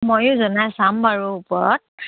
ময়ো জনাই চাম বাৰু ওপৰত